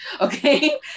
okay